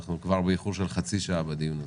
כי אנחנו כבר באיחור של חצי שעה בדיון הזה.